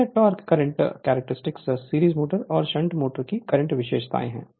तो यह torque current character series motor और शंट मोटर की करंट विशेषताएँ हैं